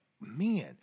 man